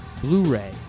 blu-ray